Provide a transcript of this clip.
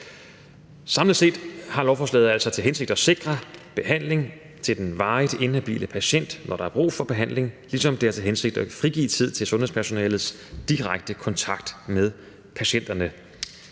Samlet set har lovforslaget altså til hensigt at sikre behandling til den varigt inhabile patient, når der er brug for behandling, ligesom det har til hensigt at frigive tid til sundhedspersonalets direkte kontakt med patienterne.